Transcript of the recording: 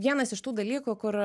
vienas iš tų dalykų kur